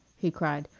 he cried,